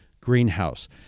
greenhouse